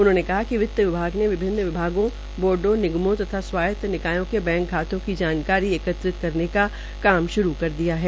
उन्होंने बताया कि वित्त विभाग ने विभिन्न विभागों बोर्डों निगमों तथा स्वायत निकायों के बैंक खातों की जानकारी एकत्रित करने का कार्य श्रू कर दिया है